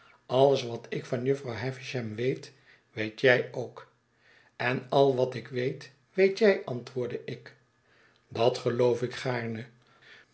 alles wat ik van jufvrouw havisham weet weet jij ook en al wat ik weet weet jij antwoordde ik dat geloof ik gaarne